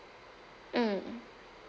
mm